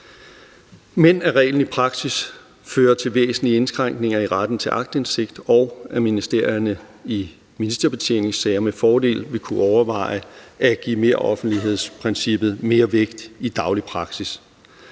men at reglen i praksis fører til væsentlige indskrænkninger i retten til aktindsigt, og at ministerierne i ministerbetjeningssager med fordel vil kunne overveje at give meroffentlighedsprincippet mere vægt i daglig praksis.